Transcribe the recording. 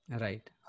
Right